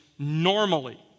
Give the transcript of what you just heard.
normally